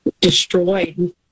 destroyed